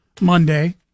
Monday